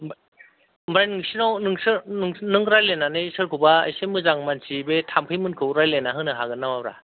ओमफ्राय नोंसिनाव नोंसोरनों लायरायनानै सोरखौबा एसे मोजां मानसि बे थाम्फैमोनखौ रायलायना होनो हागोन नामाब्रा